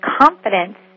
confidence